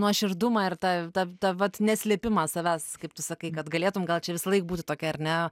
nuoširdumą ir tą tą tą vat neslėpimą savęs kaip tu sakai kad galėtum gal čia visąlaik būti tokia ar ne